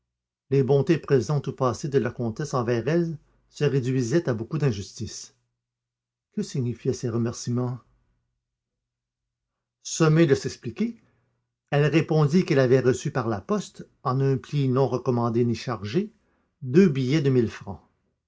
les bontés présentes ou passées de la comtesse envers elle se réduisaient à beaucoup d'injustices que signifiaient ces remerciements sommée de s'expliquer elle répondit qu'elle avait reçu par la poste en un pli non recommandé ni chargé deux billets de mille francs